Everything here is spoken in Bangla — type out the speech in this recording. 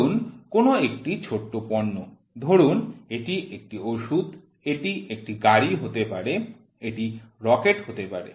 ধরুন কোনো একটি ছোট্ট পণ্য ধরুন এটি একটি ওষুধ এটি একটি গাড়ি হতে পারে এটি রকেট হতে পারে